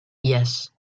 yes